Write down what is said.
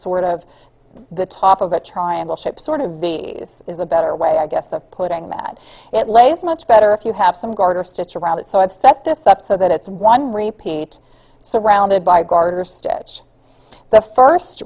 sort of the top of a triangle shaped sort of v is the better way i guess of putting that it lays much better if you have some garter stitch around it so i've set this up so that it's one repeat surrounded by a garter stitch the first